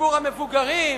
לציבור המבוגרים,